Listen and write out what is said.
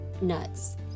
nuts